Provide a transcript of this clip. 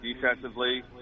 defensively